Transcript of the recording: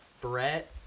Brett